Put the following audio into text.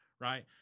right